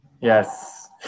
yes